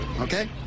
okay